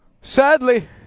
Sadly